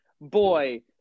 boy